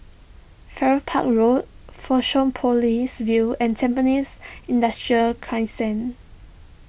Farrer Park Road Fusionopolis View and Tampines Industrial Crescent